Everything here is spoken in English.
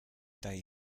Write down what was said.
day